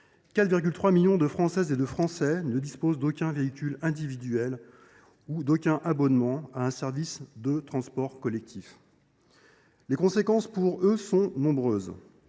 4,3 millions de Françaises et de Français ne disposent d’aucun véhicule individuel ou d’aucun abonnement à un service de transport collectif. Pour ces personnes, les conséquences sont nombreuses